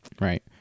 right